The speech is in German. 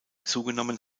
zugenommen